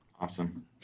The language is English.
Awesome